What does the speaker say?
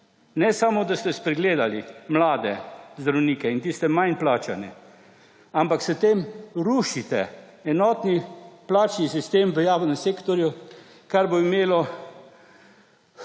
Ne samo da ste spregledali mlade zdravnike in tiste manj plačane, ampak s tem rušite enotni plačni sistem v javnem sektorju, kar bo imelo verižne